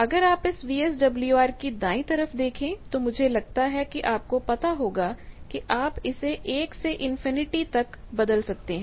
अगर आप इस वीएसडब्ल्यूआर की दाईं तरफ देखें तो मुझे लगता है कि आपको पता होगा कि आप इसे 1 से इनफिनिटी तक बदल सकते हैं